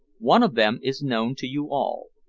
one of them is known to you all.